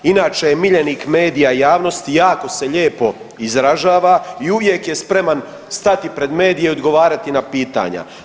Inače je miljenik medija i javnosti, jako se lijepo izražava i uvijek je spreman stati pred medije i odgovarati na pitanja.